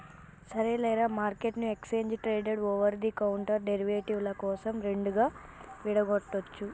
సరేలేరా, మార్కెట్ను exchange traded over the counter derivative ల కోసం రెండుగా విడగొట్టొచ్చు